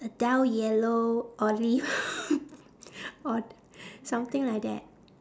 a dull yellow olive or something like that